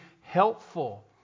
helpful